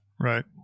Right